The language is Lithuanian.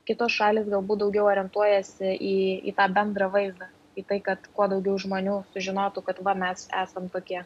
kitos šalys galbūt daugiau orientuojasi į į tą bendrą vaizdą į tai kad kuo daugiau žmonių sužinotų kad va mes esam tokie